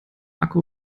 akku